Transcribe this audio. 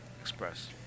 express